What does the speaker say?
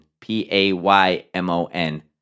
P-A-Y-M-O-N